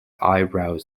eyebrows